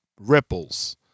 ripples